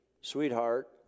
sweetheart